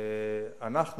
אנחנו,